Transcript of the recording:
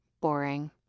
boring